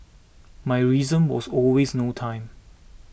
my reason was always no time